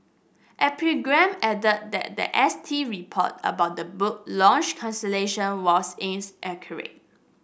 epigram added that the S T report about the book launch cancellation was